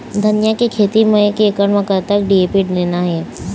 धनिया के खेती म एक एकड़ म कतक डी.ए.पी देना ये?